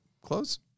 close